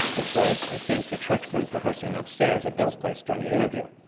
which was, i think, the church group rehearsing upstairs at bill's place during the interview.